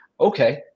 Okay